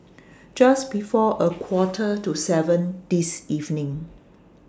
Just before A Quarter to seven This evening